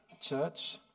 church